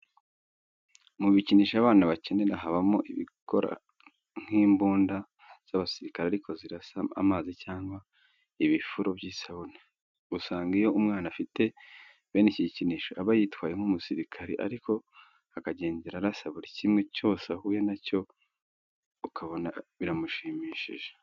Mu bikinisho abana bakenera habamo ibikora nk'imbunda z'abasirikare ariko zirasa amazi cyangwa ibifuro by'isabune. Usanga iyo umwana afite bene iki gikinisho aba yitwaye nk'umusirikare ariko akagenda arasa buri kimwe cyose ahuye na cyo ukabona biramushimishije.